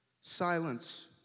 Silence